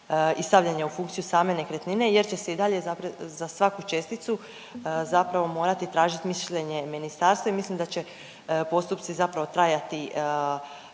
i stavljanja u funkciju same nekretnine jer će se i dalje za svaku česticu zapravo morati tražiti mišljenje ministarstva i mislim da će postupci zapravo trajati